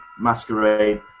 Masquerade